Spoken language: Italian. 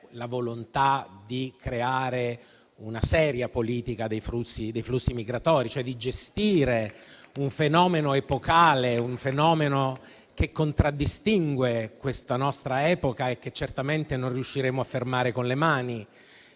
la volontà di creare una seria politica dei flussi migratori, cioè di gestire un fenomeno epocale, che contraddistingue la nostra epoca e che certamente non riusciremo a fermare con le mani.